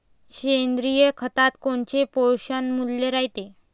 सेंद्रिय खतात कोनचे पोषनमूल्य रायते?